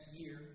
year